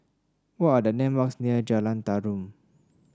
what are the landmarks near Jalan Tarum